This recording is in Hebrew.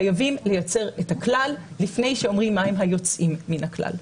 חייבים לייצר את הכלל לפני שאומרים מה הם היוצאים מן הכלל.